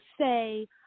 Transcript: say